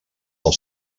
del